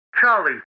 Charlie